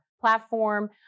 platform